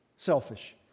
Selfish